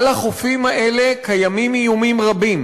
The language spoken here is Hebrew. על החופים האלה קיימים איומים רבים.